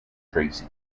tracy